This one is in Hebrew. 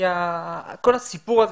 בשיח הזה.